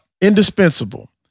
indispensable